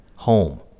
home